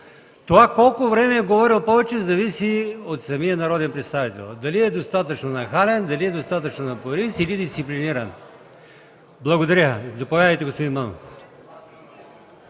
Колко време е говорил повече, зависи от самия народен представител дали е достатъчно нахален, дали е достатъчно напорист или дисциплиниран. Благодаря. Заповядайте, господин Монов.